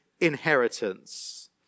inheritance